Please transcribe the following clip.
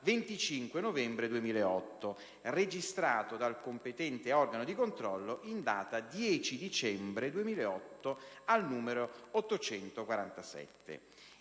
25 novembre 2008, registrato dal competente organo di controllo in data 10 dicembre 2008, al numero 847.